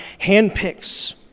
handpicks